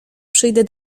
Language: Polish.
przyjdę